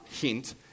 hint